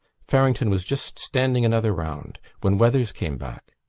farrington was just standing another round when weathers came back.